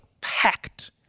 packed